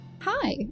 Hi